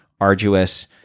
arduous